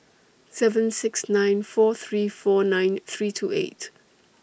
seven six nine four three four nine three two eight